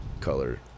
color